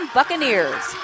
Buccaneers